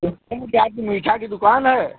तो सर क्या आपकी मीठा की दुकान है